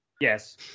Yes